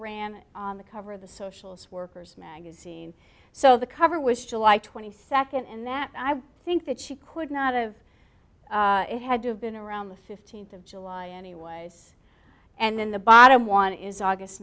ran on the cover of the socialist workers magazine so the cover was july twenty second and that i think that she could not of it had to have been around the fifteenth of july anyways and then the bottom one is august